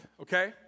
Okay